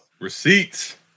receipts